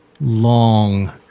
long